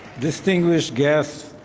distinguished guests.